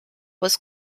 was